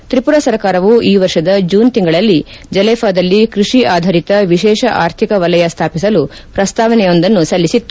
ತ್ರಿಪುರಾ ಸರ್ಕಾರವು ಈ ವರ್ಷದ ಜೂನ್ ತಿಂಗಳಲ್ಲಿ ಜಲೆಫಾದಲ್ಲಿ ಕೃಷಿ ಆಧರಿತ ವಿಶೇಷ ಆರ್ಥಿಕ ವಲಯ ನಿರ್ಮಿಸಲು ಪ್ರಸ್ತಾವನೆಯೊಂದನ್ನು ಸಲ್ಲಿಸಿತ್ತು